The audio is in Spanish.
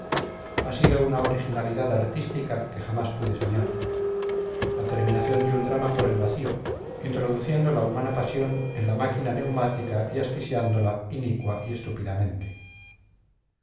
ha sido una originalidad artística que jamás pude soñar la terminación de un drama por el vacío introduciendo la humana pasión en la máquina neumática y asfixiándola inicua y estúpidamente